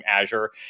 Azure